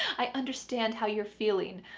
i understand how you're feeling.